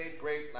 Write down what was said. great